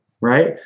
right